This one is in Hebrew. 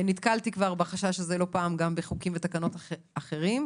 נתקלתי כבר בחשש הזה לא פעם גם בחוקים ותקנות אחרים.